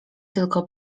tylko